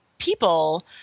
people